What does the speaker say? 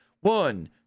One